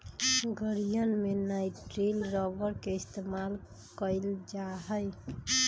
गड़ीयन में nitrile rubber के इस्तेमाल कइल जा हई